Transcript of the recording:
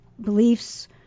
beliefs